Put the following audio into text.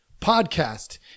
podcast